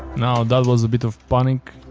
now that was a bit of panic.